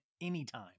anytime